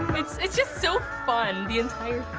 it's it's just so fun, the entire